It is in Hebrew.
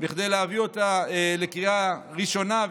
כדי להביא אותה לקריאה ראשונה,